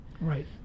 right